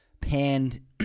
panned